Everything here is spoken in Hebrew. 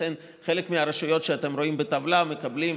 לכן חלק מהרשויות שאתם רואים בטבלה מקבלות